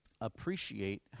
appreciate